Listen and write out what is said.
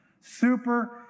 Super